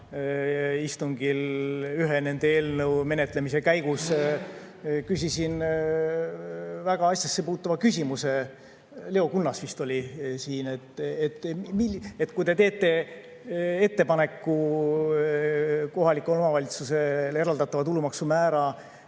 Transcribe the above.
istungil ühe eelnõu menetlemise käigus küsisin väga asjasse puutuva küsimuse – Leo Kunnas vist oli [siis] siin –, et kui te teete ettepaneku kohalikule omavalitsusele eraldatava tulumaksu määra